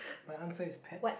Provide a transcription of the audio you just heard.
my answer is pets